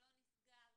אני זוכרת